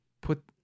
put